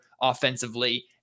offensively